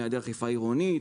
עם היעדר אכיפה עירונית.